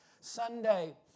Sunday